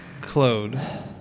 Claude